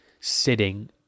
sitting